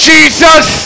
Jesus